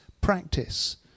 practice